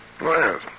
Yes